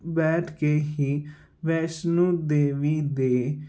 ਬੈਠ ਕੇ ਹੀ ਵੈਸ਼ਨੋ ਦੇਵੀ ਦੇ